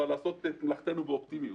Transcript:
אבל לעשות את מלאכתנו באופטימיות.